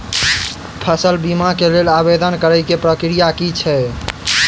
फसल बीमा केँ लेल आवेदन करै केँ प्रक्रिया की छै?